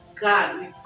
God